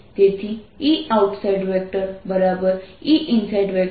તેથી Eoutside Einside છે